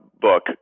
book